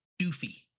doofy